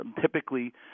Typically